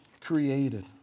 created